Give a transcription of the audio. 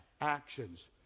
actions